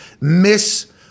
miss